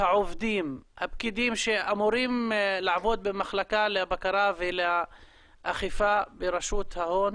הפקידים שאמורים לעבוד במחלקה לבקרה ולאכיפה ברשות ההון